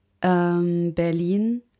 Berlin